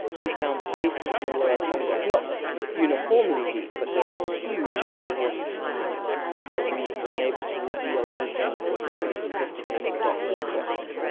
we found places in the lower congo. it's not uniformly deep but there are huge underwater canyons that we've been able to reveal using some pretty sophisticated doppler equipment.